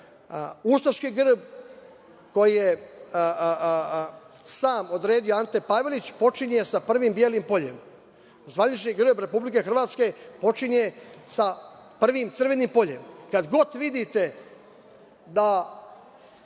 ustaški grb, koji je sam odredio Ante Pavelić, počinje sa prvi belim poljem. Zvanični grb Republike Hrvatske počinje sa prvim crvenim poljem. Kad god vidite da